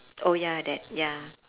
oh ya that ya